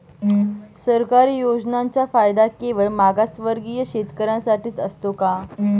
सरकारी योजनांचा फायदा केवळ मागासवर्गीय शेतकऱ्यांसाठीच असतो का?